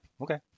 okay